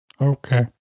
Okay